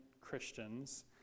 Christians